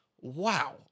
wow